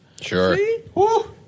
Sure